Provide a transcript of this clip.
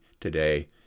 today